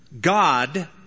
God